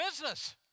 business